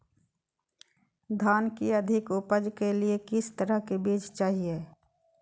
धान की अधिक उपज के लिए किस तरह बीज चाहिए?